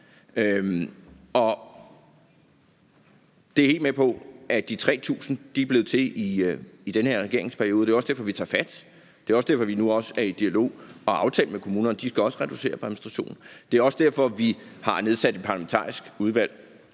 Jeg er helt med på, at de 3.000 ansatte er blevet til i den her regeringsperiode. Det er også derfor, vi tager fat, og det er også derfor, vi nu er i dialog med kommunerne og har aftalt, at de også skal reducere på administrationen. Det er også derfor, vi har nedsat et parlamentarisk udvalg